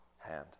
hand